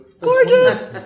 Gorgeous